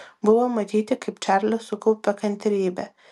buvo matyti kaip čarlis sukaupia kantrybę